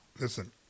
Listen